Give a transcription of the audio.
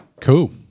Cool